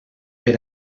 per